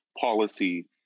policy